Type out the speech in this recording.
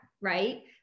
right